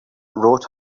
wrote